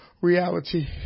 reality